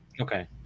okay